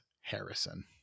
Harrison